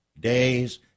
days